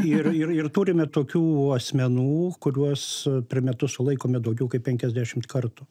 ir ir ir turime tokių asmenų kuriuos per metus sulaikome daugiau kaip penkiasdešimt kartų